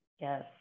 Yes